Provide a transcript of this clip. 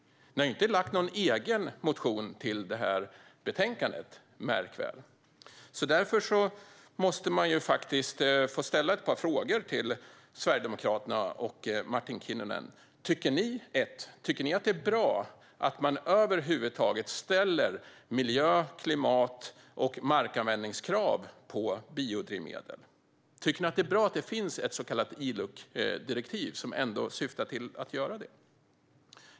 Ni har inte väckt någon egen motion i detta ärende - märk väl! Därför måste man faktiskt få ställa några frågor till Sverigedemokraterna och Martin Kinnunen. Tycker ni att det är bra att man över huvud taget ställer miljö, klimat och markanvändningskrav på biodrivmedel? Tycker ni att det är bra att det finns ett så kallat ILUC-direktiv, som syftar till att göra detta?